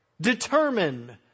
determine